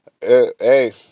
hey